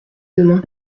demain